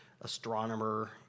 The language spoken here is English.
astronomer